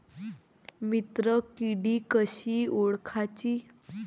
मित्र किडी कशी ओळखाची?